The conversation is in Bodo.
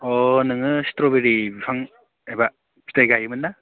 अ नोङो स्थ्र'बेरि बिफां एबा फिथाइ गायोमोनना